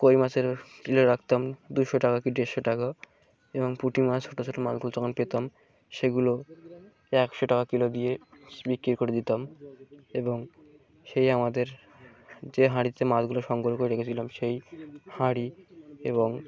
কই মাছের কিলো রাখতাম দুশো টাকা কি ডেড়শো টাকা এবং পুঁটি মাছ ছোটো ছোটো মাছগুলো যখন পেতাম সেগুলো একশো টাকা কিলো দিয়ে বিক্রি করে দিতাম এবং সেই আমাদের যে হাঁড়িতে মাছগুলো সংগ্রহ করে রেখেছিলাম সেই হাঁড়ি এবং